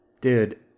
dude